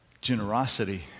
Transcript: Generosity